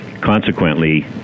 consequently